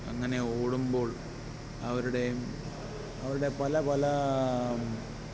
അങ്ങനെ ഓടുമ്പോൾ അവരുടെയും അവരുടെ ആ പല പല